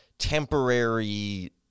temporary